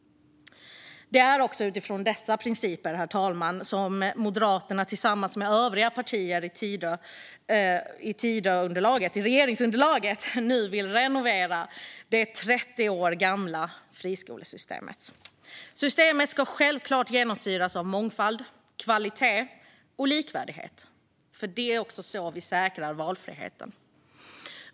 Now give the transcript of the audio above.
Det är också utifrån dessa principer, herr talman, som Moderaterna tillsammans med övriga partier i regeringsunderlaget nu vill renovera det 30 år gamla friskolesystemet. Systemet ska självklart genomsyras av mångfald, kvalitet och likvärdighet. Det är också så vi säkrar valfriheten.